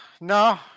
No